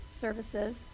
services